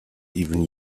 even